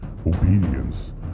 obedience